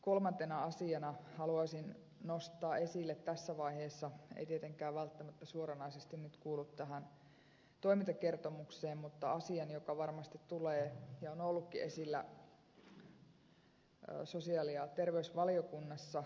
kolmantena asiana haluaisin nostaa esille tässä vaiheessa se ei tietenkään välttämättä suoranaisesti kuulu tähän toimintakertomukseen asian joka varmasti tulee esille ja on ollutkin esillä sosiaali ja terveysvaliokunnassa